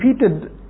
repeated